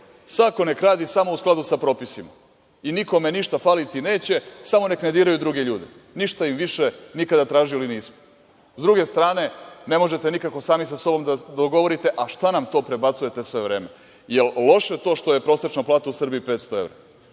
svako nek radi samo u skladu sa propisima i nikome ništa faliti neće, samo nek ne diraju druge ljude, ništa im više nikada tražili nismo.S druge strane, ne možete nikako sami sa sobom da se dogovorite – a šta nam to prebacujete sve vreme? Je li loše to što je prosečna plata u Srbiji 500 evra?